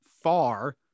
far